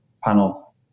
panel